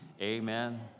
amen